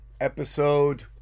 episode